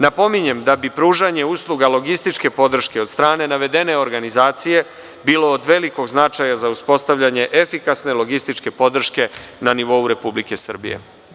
Napominjem da bi pružanje usluga logističke podrške od strane navedene organizacije bilo od velikog značaja za uspostavljanje efikasne logističke podrške na nivou Republike Srbije.